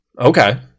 okay